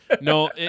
No